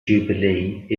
jubilee